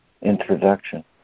Introduction